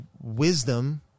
wisdom